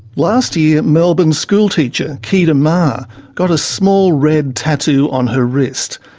last year, melbourne school teacher keda meagher got a small red tattoo on her wrist,